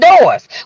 doors